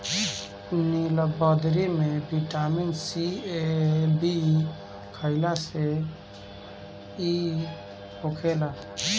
नीलबदरी में vitamin C, A, B अउरी इ होखेला